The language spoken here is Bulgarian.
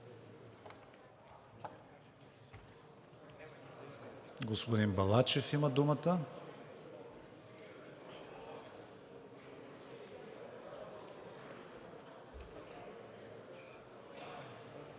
Господин Балачев има думата.